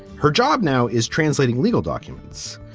her job now is translating legal documents.